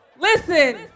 Listen